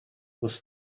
was